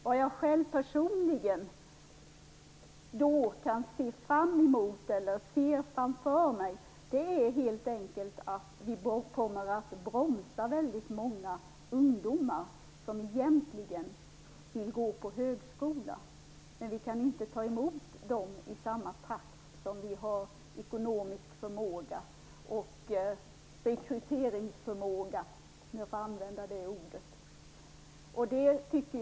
Vad jag personligen ser framför mig är helt enkelt att vi kommer att bromsa väldigt många ungdomar som egentligen vill gå på högskola. Vi kan inte ta emot dem i samma takt som vår ekonomiska förmåga och rekryteringsförmåga, om jag får använda det ordet, tillåter.